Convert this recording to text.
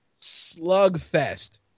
slugfest